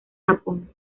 japón